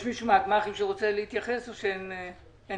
יש מישהו מהגמ"חים שרוצה להתייחס או שאין צורך?